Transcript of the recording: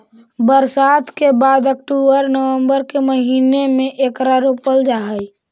बरसात के बाद अक्टूबर नवंबर के महीने में एकरा रोपल जा हई